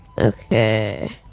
Okay